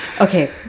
Okay